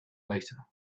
later